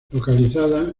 localizada